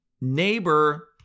neighbor